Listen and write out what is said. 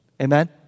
Amen